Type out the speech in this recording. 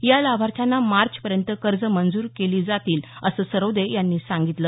या लाभार्थ्यांना मार्चपर्यंत कर्ज मंजूर केली जाईल असं सरवदे यांनी सांगितलं